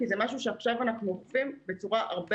כי זה משהו שעכשיו אנחנו אוכפים בצורה הרבה